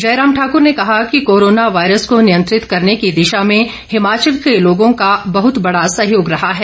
जयराम ठाकुर ने कहा कि कोरोना वायरस को नियंत्रित कैरने की दिशा में हिमाचल के लोगों का बहुत बड़ा सहयोग रहा है